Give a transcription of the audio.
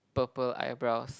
purple eyebrows